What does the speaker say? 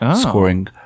scoring